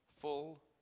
full